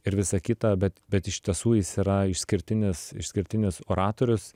ir visa kita bet bet iš tiesų jis yra išskirtinis išskirtinis oratorius